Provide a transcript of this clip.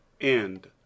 End